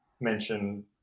mention